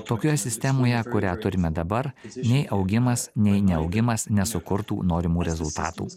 tokioje sistemoje kurią turime dabar nei augimas nei neaugimas nesukurtų norimų rezultatų